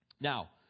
Now